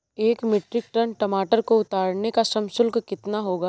एक metric tonne टमाटर को उतारने का श्रम शुल्क कितना होगा?